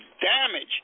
damage